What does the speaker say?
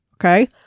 Okay